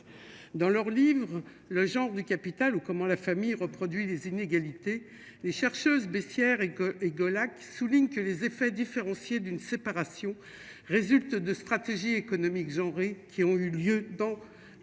Dans leur livre le genre du capital ou comment la famille reproduit des inégalités, les chercheuses baissière et que et Gola qui souligne que les effets différenciés d'une séparation résulte de stratégies économiques et qui ont eu lieu dans la